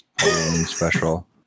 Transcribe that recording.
special